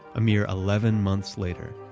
a mere eleven months later,